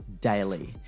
daily